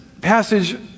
passage